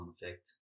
effect